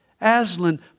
Aslan